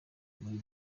muri